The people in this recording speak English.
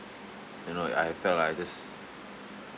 you know I felt like I just